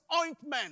ointment